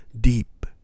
deep